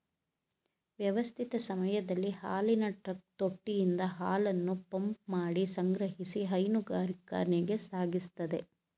ವ್ಯವಸ್ಥಿತ ಸಮಯದಲ್ಲಿ ಹಾಲಿನ ಟ್ರಕ್ ತೊಟ್ಟಿಯಿಂದ ಹಾಲನ್ನು ಪಂಪ್ಮಾಡಿ ಸಂಗ್ರಹಿಸಿ ಹೈನು ಕಾರ್ಖಾನೆಗೆ ಸಾಗಿಸ್ತದೆ